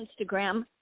Instagram